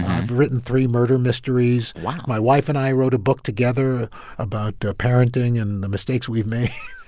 i've written three murder mysteries wow my wife and i wrote a book together about parenting and the mistakes we've made.